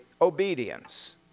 obedience